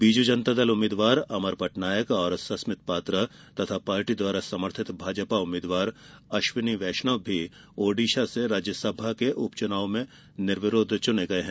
बीजू जनता दल उम्मीदवार अमर पटनायक और सस्मित पात्रा तथा पार्टी द्वारा समर्थित भाजपा उम्मीदवार अश्विनी वैष्णव भी ओडिसा से राज्यसभा के उपचुनाव में निर्विरोध चुन लिए गये हैं